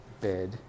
bed